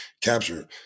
capture